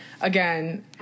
again